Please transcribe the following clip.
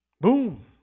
Boom